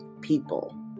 people